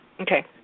Okay